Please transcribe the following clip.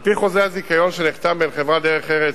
על-פי חוזה הזיכיון שנחתם בין חברת "דרך ארץ",